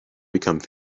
become